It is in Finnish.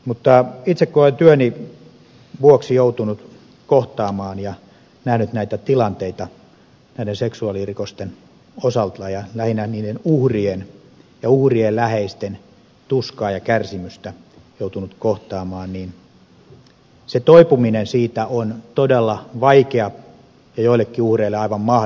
mutta itse kun olen työni vuoksi joutunut kohtaamaan ja nähnyt näitä tilanteita näiden seksuaalirikosten osalta ja lähinnä niiden uhrien ja uhrien läheisten tuskaa ja kärsimystä joutunut kohtaamaan niin se toipuminen siitä on todella vaikea ja joillekin uhreille aivan mahdoton prosessi